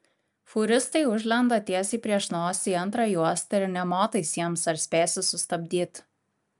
fūristai užlenda tiesiai prieš nosį į antrą juostą ir nė motais jiems ar spėsi sustabdyt